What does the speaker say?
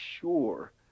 sure